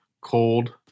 cold